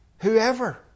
Whoever